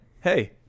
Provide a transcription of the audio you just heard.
Hey